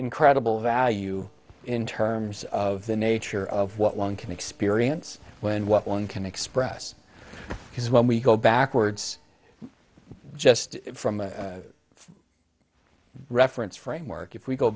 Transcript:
incredible value in terms of the nature of what one can experience when what one can express is when we go backwards just from a reference framework if we go